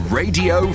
radio